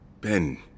Ben